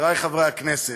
חבריי חברי הכנסת,